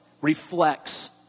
reflects